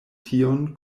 tion